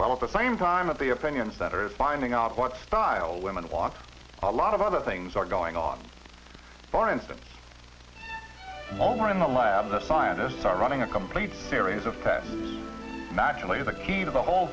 while at the same time of the opinions that are is finding out what style women a lot a lot of other things are going on for instance moment in the lab the scientists are running a complete series of tests naturally the key to the whole